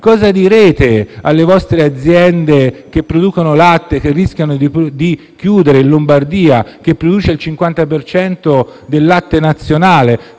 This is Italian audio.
cosa direte alle vostre aziende che producono latte e che rischiano di chiudere, in Lombardia, dove si produce circa il 50 per cento del latte nazionale?